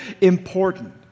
important